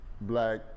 black